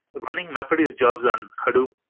running mapreduce jobs on hadoop,